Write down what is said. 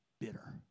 bitter